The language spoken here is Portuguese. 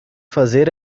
fazer